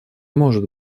может